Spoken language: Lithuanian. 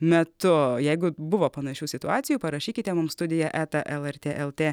metu jeigu buvo panašių situacijų parašykite mums studija eta el er tė el tė